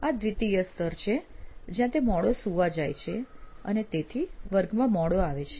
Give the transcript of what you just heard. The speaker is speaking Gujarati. આ દ્વિતીય સ્તર છે જ્યાં તે મોડો સૂવા જાય છે અને તેથી વર્ગમાં મોડો આવે છે